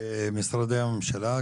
משרדי הממשלה,